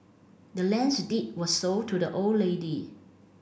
the land's deed was sold to the old lady